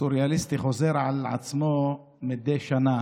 הסוריאליסטי, חוזר על עצמו מדי שנה